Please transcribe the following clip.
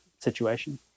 situation